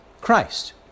Christ